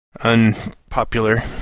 unpopular